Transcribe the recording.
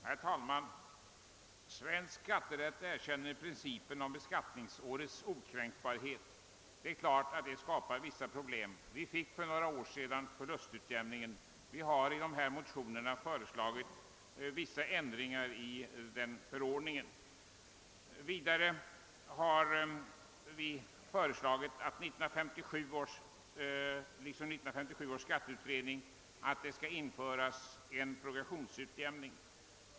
Herr talman! Svensk skatterätt erkänner principen om beskattningsårets okränkbarhet. Det är klart att detta skapar vissa problem. För några år sedan antogs en förordning om rätt till förlustutjämning. Vi har i våra motioner föreslagit vissa ändringar i denna förordning. Vidare har vi, liksom 1957 års skatteutredning, föreslagit införande av progressionsutjämning.